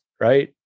right